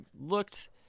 looked